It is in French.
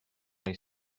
les